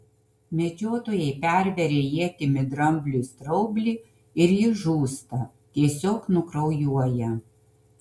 medžiotojai perveria ietimi drambliui straublį ir jis žūsta tiesiog nukraujuoja